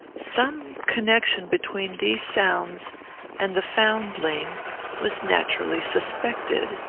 some connection between these sounds and the foundling was naturally suspected.